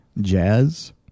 jazz